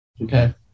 Okay